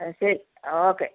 ആ ശരി ഓക്കെ